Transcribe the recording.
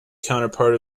counterpart